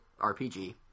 RPG